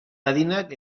adinak